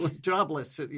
jobless